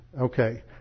okay